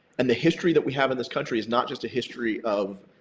and the history that we have in this country is not just a history of